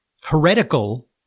heretical